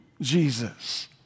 Jesus